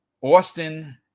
Austin